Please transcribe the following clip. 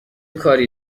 کاری